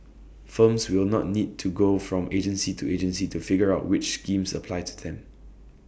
firms will not need to go from agency to agency to figure out which schemes apply to them